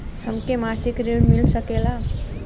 हमके मासिक ऋण मिल सकेला?